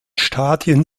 stadien